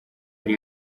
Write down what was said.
ari